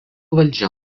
valdžia